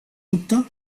dubte